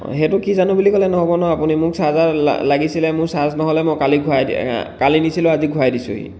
সেইটো কি জানো বুলি ক'লে নহ'ব নহয় আপুনি মোক চাৰ্জাৰ লাগিছিলে মোৰ চাৰ্জ নহ'লে মই কালি ঘূৰাই কালি নিছিলোঁ আজি ঘূৰাই দিছোঁহি